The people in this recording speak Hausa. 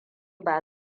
ba